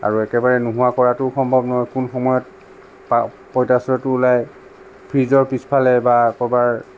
আৰু একেবাৰে নোহোৱা কৰাতো সম্ভৱ নহয় কোন সময়ত বা পঁইতাচোৰাটো ওলাই ফ্ৰিজৰ পিচ ফালে বা ক'ৰবাৰ